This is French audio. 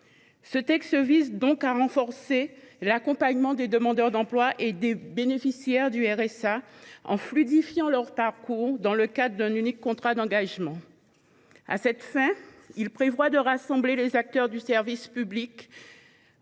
Ce texte vise donc à renforcer l’accompagnement des demandeurs d’emploi et des bénéficiaires du RSA en fluidifiant leur parcours, dans le cadre d’un unique contrat d’engagement. À cette fin, il prévoit de rassembler les acteurs du service public